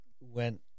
went